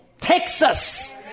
Texas